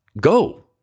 go